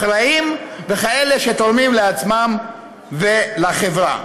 אחראים וכאלה שתורמים לעצמם ולחברה.